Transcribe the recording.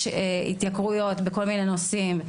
יש התייקרויות בכל מיני נושאים,